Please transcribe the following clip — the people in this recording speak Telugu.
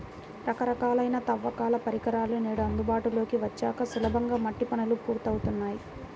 రకరకాలైన తవ్వకాల పరికరాలు నేడు అందుబాటులోకి వచ్చాక సులభంగా మట్టి పనులు పూర్తవుతున్నాయి